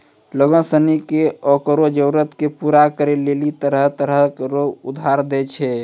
लोग सनी के ओकरो जरूरत के पूरा करै लेली तरह तरह रो उधार दै छै